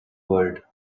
world